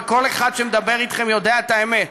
וכל אחד שמדבר איתכם יודע את האמת,